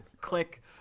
Click